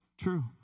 True